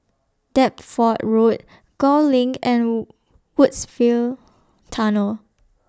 Deptford Road Gul LINK and Woodsville Tunnel